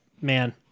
man